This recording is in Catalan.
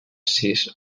sis